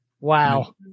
Wow